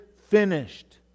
finished